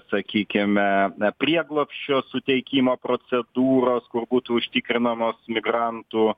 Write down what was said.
sakykime prieglobsčio suteikimo procedūros kur būtų užtikrinamos migrantų